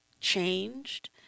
changed